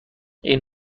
این